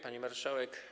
Pani Marszałek!